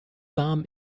warm